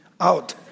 Out